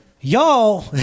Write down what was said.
Y'all